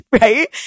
right